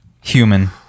human